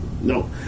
No